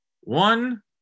one